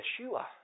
Yeshua